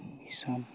ᱫᱤᱥᱚᱢ